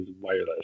wireless